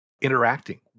interacting